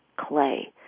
clay